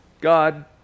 God